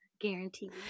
Guaranteed